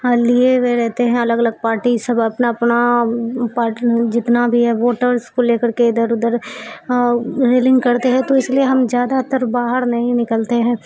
ہاں لیے ہوئے رہتے ہیں الگ الگ پارٹی سب اپنا اپنا جتنا بھی ہے ووٹرس کو لے کر کے ادھر ادھر ریلنگ کرتے ہیں تو اس لیے ہم زیادہ تر باہر نہیں نکلتے ہیں